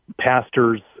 Pastors